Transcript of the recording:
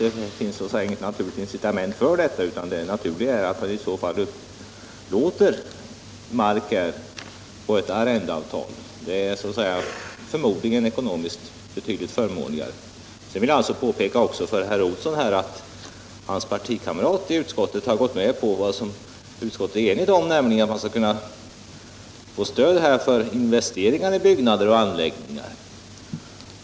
Det finns så att säga inget naturligt incitament för detta, utan det naturliga är att vederbörande upplåter marken enligt ett arrendeavtal. Detta är förmodligen ekonomiskt betydligt förmånligare. Jag vill också påpeka för herr Olsson att hans partikamrat i utskottet har gått med på vad utskottet är enigt om, nämligen att man skall kunna få stöd för investeringar i byggnader och anläggningar.